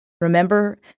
Remember